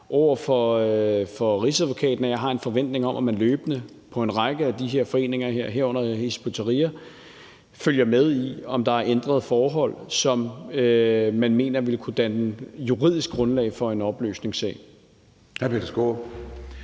over for Rigsadvokaten, at jeg har en forventning om, at man løbende for en række af de her foreningers vedkommende, herunder Hizb ut-Tahrir, følger med i, om der er ændrede forhold, som man mener vil kunne danne juridisk grundlag for en opløsningssag.